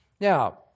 Now